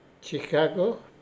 Chicago